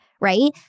right